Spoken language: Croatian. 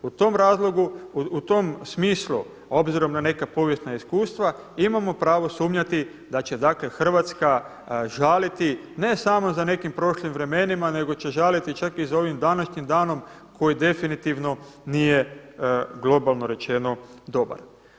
U tom smislu obzirom na neka povijesna iskustva imamo pravo sumnjati da će dakle Hrvatska žaliti ne samo za nekim prošlim vremenima, nego će čak žaliti čak i za ovim današnjim danom koji definitivno nije globalno rečeno dobar.